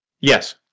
Yes